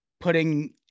putting